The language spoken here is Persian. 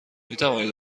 میتوانید